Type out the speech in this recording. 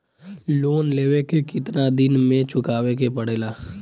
Loan लेवे के कितना दिन मे चुकावे के पड़ेला?